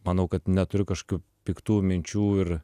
manau kad neturiu kažkokių piktų minčių ir